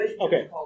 Okay